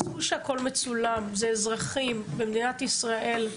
עזבו שהכול מצולם, זה אזרחים במדינת ישראל,